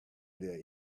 there